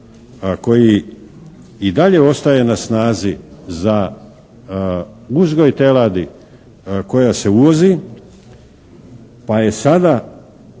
koji i dalje ostaje na snazi za uzgoj teladi koja se uvozi pa je sada